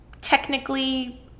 technically